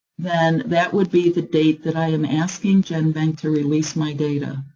then that would be the date that i am asking genbank to release my data.